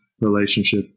relationship